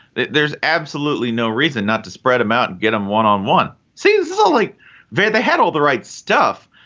there's absolutely no reason not to spread him out and get him one on one season. so like where they had all the right stuff,